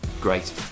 great